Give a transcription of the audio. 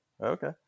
Okay